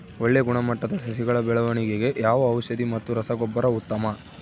ಒಳ್ಳೆ ಗುಣಮಟ್ಟದ ಸಸಿಗಳ ಬೆಳವಣೆಗೆಗೆ ಯಾವ ಔಷಧಿ ಮತ್ತು ರಸಗೊಬ್ಬರ ಉತ್ತಮ?